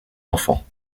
enfants